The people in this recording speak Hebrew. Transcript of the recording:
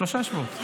שלושה שבועות.